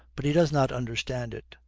but he does not understand it.